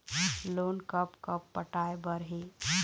Loan कब कब पटाए बर हे?